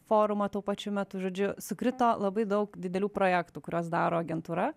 forumą tuo pačiu metu žodžiu sukrito labai daug didelių projektų kuriuos daro agentūra